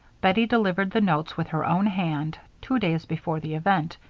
bettie delivered the notes with her own hand, two days before the event,